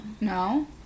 No